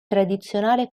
tradizionale